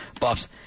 Buffs